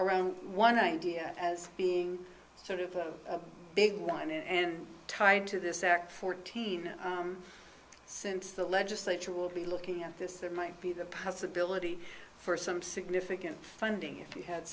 around one idea as being sort of a big one and tied to this act fourteen since the legislature will be looking at this there might be the possibility for some significant funding if you had